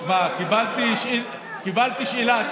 קיבלתי שאלה.